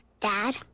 Dad